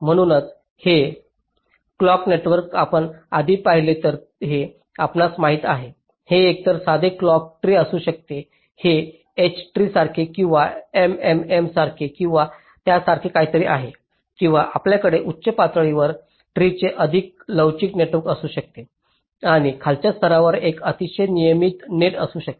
म्हणूनच हे clock network आपण आधी पाहिले आहे हे आपणास माहित आहे हे एकतर साधे क्लॉक ट्री असू शकते हे H ट्री सारखे किंवा MMM सारखे किंवा त्यासारखे काहीतरी आहे किंवा आपल्याकडे उच्च पातळीवर ट्रीचे अधिक लवचिक नेटवर्क असू शकते आणि खालच्या स्तरावर एक अतिशय नियमित नेट असू शकते